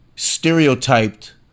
Stereotyped